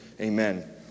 amen